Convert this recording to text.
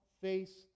face